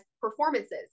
performances